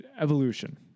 evolution